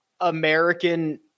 american